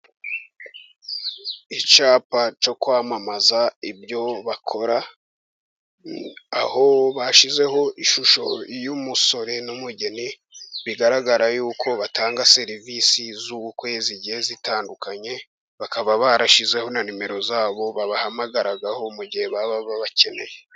Icapa cyo kwamamaza ibyo bakora, aho bashyizeho ishusho y' umusore n' umugeni bigaragara yuko batanga serivisi z' ubukwe zigiye zitandukanye, bakaba barashizeho na nimero zabo babahamagaragaho mu gihe baba babakeneye.